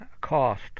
cost